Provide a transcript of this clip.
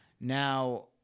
now